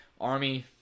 Army